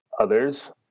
others